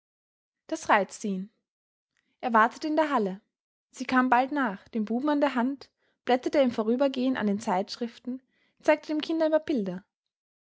das reizte ihn er wartete in der hall sie kam bald nach den buben an der hand blätterte im vorübergehen unter den zeitschriften zeigte dem kind